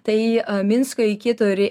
tai minsko iki turi